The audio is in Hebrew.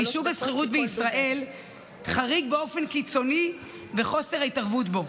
שוק השכירות בישראל חריג באופן קיצוני בחוסר ההתערבות בו.